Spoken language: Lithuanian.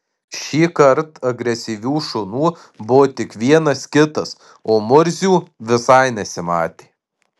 šįkart agresyvių šunų buvo tik vienas kitas o murzių visai nesimatė